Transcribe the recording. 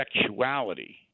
sexuality